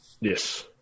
Yes